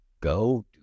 go